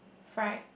fry